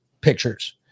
pictures